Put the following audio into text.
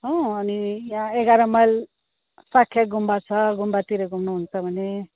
हो अनि यहाँ एघार माइल शाक्य गुम्बा छ गुम्बातिर घुम्नुहुन्छ भने